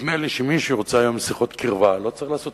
נדמה לי שמי שרוצה היום שיחות קרבה לא צריך לעשות